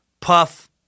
Puff